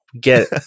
Get